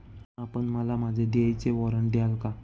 आपण मला माझे देयचे वॉरंट द्याल का?